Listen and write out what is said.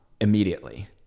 immediately